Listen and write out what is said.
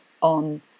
on